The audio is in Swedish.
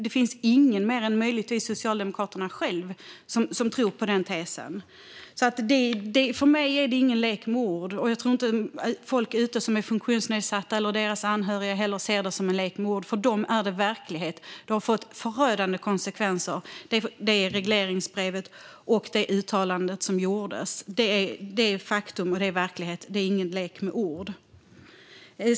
Det finns ingen mer än möjligtvis Socialdemokraterna själva som tror på den tesen. För mig är det ingen lek med ord. Jag tror inte heller att folk som är funktionsnedsatta eller deras anhöriga ser det som en lek med ord. För dem är det verklighet. Regleringsbrevet och det uttalande som gjordes har fått förödande konsekvenser. Det är ett faktum, och det är verklighet. Det är ingen lek med ord.